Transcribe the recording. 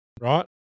Right